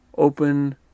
open